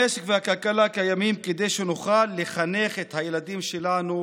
המשק והכלכלה קיימים כדי שנוכל לחנך את הילדים שלנו,